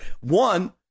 one